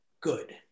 good